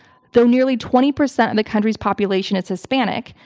though nearly twenty percent of the country's population is hispanic,